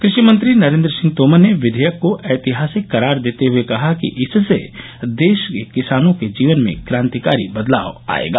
क्रषि मंत्री नरेन्द्र सिंह तोमर ने विवेयक को ऐतिहासिक करार देते हुए कहा कि इससे देश के किसानों के जीवन में क्रांतिकारी बदलाव आयेगा